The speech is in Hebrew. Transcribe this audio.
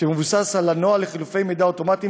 שמבוסס על הנוהל לחילופי מידע אוטומטיים